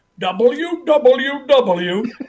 WWW